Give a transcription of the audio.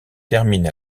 termine